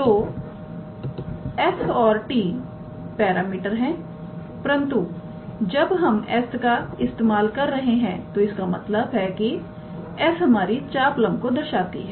तोs और t parameter है परंतु जब हम s का इस्तेमाल कर रहे हैं तो इसका मतलब है कि s हमारी चापलंब को दर्शाती है